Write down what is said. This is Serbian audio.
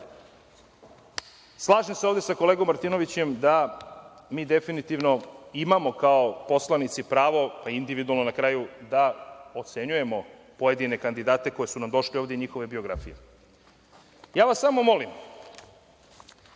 kažem. Slažem se ovde sa kolegom Martinovićem da mi definitivno imamo kao poslanici pravo, pa i individualno, na kraju, da ocenjujemo pojedine kandidate koji su nam došli ovde i njihove biografije. Ja vas samo molim